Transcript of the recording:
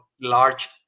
large